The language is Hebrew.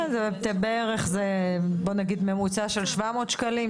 בערך בוא נגיד ממוצע של 700 שקלים,